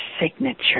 signature